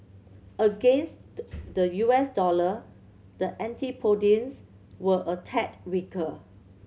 against the the U S dollar the antipodeans were a tad weaker